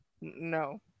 No